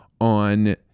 on